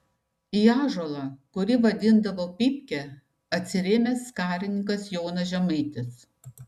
į ąžuolą kurį vadindavo pypke atsirėmęs karininkas jonas žemaitis